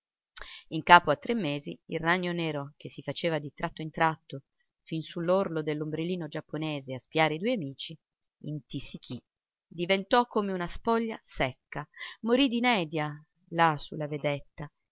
in capo a tre mesi il ragno nero che si faceva di tratto in tratto fin su l'orlo dell'ombrellino giapponese a spiare i due amici intisichì diventò come una spoglia secca morì d'inedia là su la vedetta